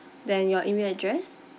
then your email address